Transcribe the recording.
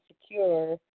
secure